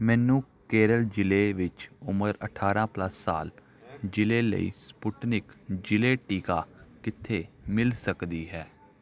ਮੈਨੂੰ ਕੇਰਲ ਜ਼ਿਲ੍ਹੇ ਵਿੱਚ ਉਮਰ ਅਠਾਰਾਂ ਪਲਸ ਸਾਲ ਜ਼ਿਲ੍ਹੇ ਲਈ ਸਪੁਟਨਿਕ ਜ਼ਿਲ੍ਹੇ ਟੀਕਾ ਕਿੱਥੇ ਮਿਲ ਸਕਦੀ ਹੈ